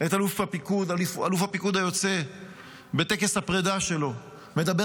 את אלוף הפיקוד היוצא בטקס הפרדה שלו מדבר